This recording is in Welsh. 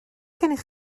gennych